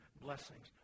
blessings